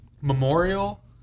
Memorial